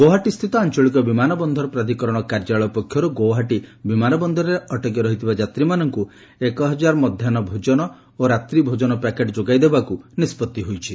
ଗୁଆହାଟିସ୍ଥିତ ଆଞ୍ଚଳିକ ବିମାନ ବନ୍ଦର ପ୍ରାଧିକରଣ କାର୍ଯ୍ୟାଳୟ ପକ୍ଷରୁ ଗୁଆହାଟି ବିମାନ ବନ୍ଦରରେ ଅଟକି ରହିଥିବା ଯାତ୍ରୀମାନଙ୍କୁ ଏକହଜାର ମଧ୍ୟାହୁ ଭୋଜନ ଓ ରାତ୍ରି ଭୋଜନ ପ୍ୟାକେଟ୍ ଯୋଗାଇଦେବାକୁ ନିଷ୍ପଭି ନେଇଛି